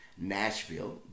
Nashville